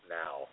now